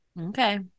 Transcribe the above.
Okay